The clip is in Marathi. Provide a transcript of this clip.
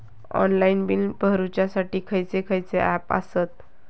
ऑनलाइन बिल भरुच्यासाठी खयचे खयचे ऍप आसत?